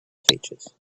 features